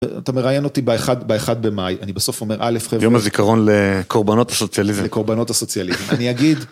אתה מראיין אותי באחד במאי, אני בסוף אומר א', חבר'ה. יום הזיכרון לקורבנות הסוציאליזם. לקורבנות הסוציאליזם, אני אגיד.